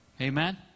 Amen